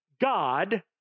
God